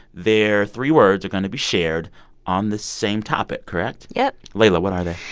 their three words are going to be shared on the same topic, correct? yep leila, what are they?